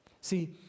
See